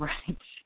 Right